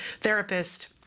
therapist